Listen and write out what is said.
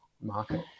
market